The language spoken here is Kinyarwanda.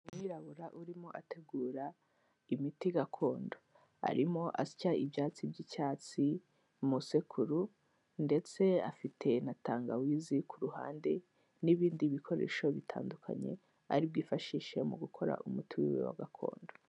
Umwirabura urimo ategura imiti gakondo, arimo asya ibyatsi by'icyatsi mu isekuru ndetse afite na tangawizi ku ruhande n'ibindi bikoresho bitandukanye ari bwifashishije mu gukora umuti w'iwe wa gakondo.